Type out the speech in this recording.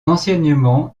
enseignement